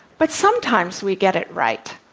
but sometimes we get it right.